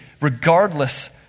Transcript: regardless